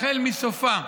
החל מסופה.